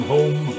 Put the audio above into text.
Home